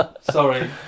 Sorry